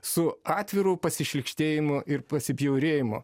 su atviru pasišlykštėjimu ir pasibjaurėjimu